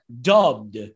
dubbed